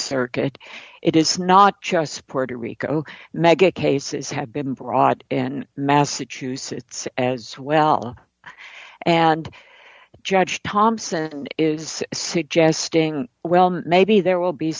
circuit it is not just puerto rico mega cases have been brought in massachusetts as well and judge thompson is suggesting well maybe there will be